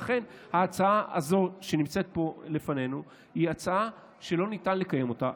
לכן ההצעה הזאת שנמצאת פה לפנינו היא הצעה שלא ניתן לקיים אותה.